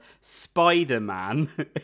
Spider-Man